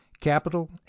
capital